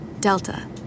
Delta